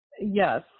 Yes